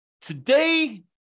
today